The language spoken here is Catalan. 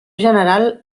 general